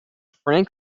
frank